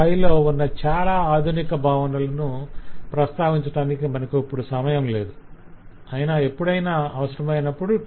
5లో ఉన్న చాలా ఆధునిక భావనలను ప్రస్తావించటానికి మనకు సమయం లేదు అయినా ఎప్పుడైనా అవసరమైనప్పుడు 2